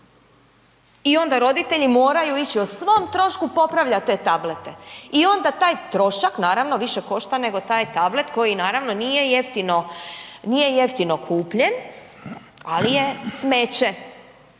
i onda roditelji moraju ići o svom trošku popravljat te tablete i onda taj trošak naravno više košta nego taj tablet koji naravno nije jeftino, nije jeftino kupljen, ali je smeće